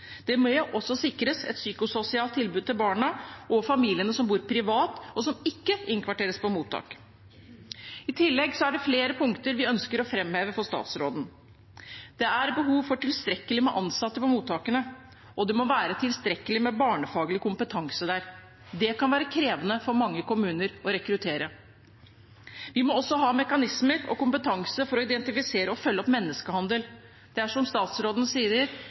Det må også sikres et psykososialt tilbud til barna og familiene som bor privat, og som ikke innkvarteres på mottak. I tillegg er det flere punkter vi ønsker å framheve for statsråden. Det er behov for tilstrekkelig med ansatte på mottakene, og det må være tilstrekkelig med barnefaglig kompetanse der. Det kan være krevende for mange kommuner å rekruttere. Vi må også ha mekanismer og kompetanse for å identifisere og følge opp menneskehandel. Som statsråden sier, vil det i en akutt situasjon som